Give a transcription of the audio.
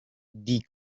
die